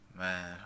Man